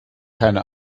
keine